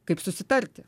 kaip susitarti